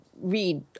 read